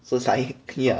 so it's like yeah